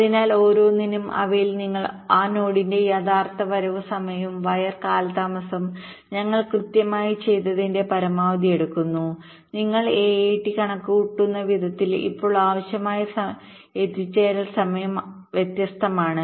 അതിനാൽ ഓരോന്നിനും അവയിൽ നിങ്ങൾ ആ നോഡിന്റെ യഥാർത്ഥ വരവ് സമയവും വയർ കാലതാമസവും ഞങ്ങൾ കൃത്യമായി ചെയ്തതിന്റെ പരമാവധി എടുക്കുന്നു നിങ്ങൾ AAT കണക്കുകൂട്ടുന്ന വിധത്തിൽ ഇപ്പോൾ ആവശ്യമായ എത്തിച്ചേരൽ സമയം വ്യത്യസ്തമാണ്